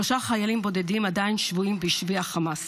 שלושה חיילים בודדים עדיין שבויים בשבי החמאס.